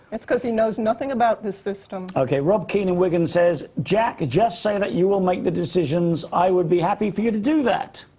that's because he knows nothing about this system. ok. rob kene at and wigan says jacque, just say that you will make the decisions. i would be happy for you to do that.